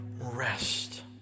rest